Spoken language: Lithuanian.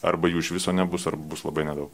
arba jų iš viso nebus ar bus labai nedaug